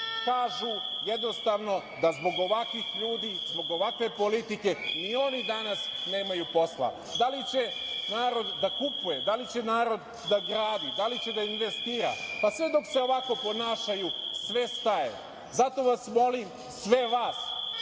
su, kažu jednostavno da zbog ovakvih ljudi i zbog ovakve politike ni oni danas nemaju posla, da li će narod da kupuje, da li će narod da gradi, da li će da investira, pa sve dok se ovako ponašaju, sve staje i zato vas molim sve vas